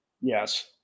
Yes